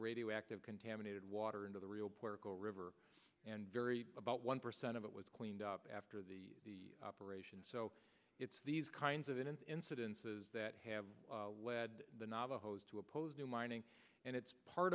radioactive contaminated water into the real puerto river and very about one percent of it was cleaned up after the operation so it's these kinds of incidences that have led the navajos to oppose new mining and it's part